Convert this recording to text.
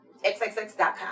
xxx.com